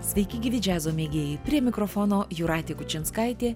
sveiki gyvi džiazo mėgėjai prie mikrofono jūratė kučinskaitė